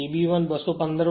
Eb 1 215 volt છે